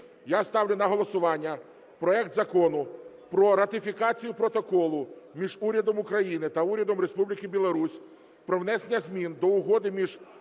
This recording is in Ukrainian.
Я ставлю на голосування проект Закону про ратифікацію Протоколу між Урядом України та Урядом Республіки Білорусь про внесення змін до Угоди між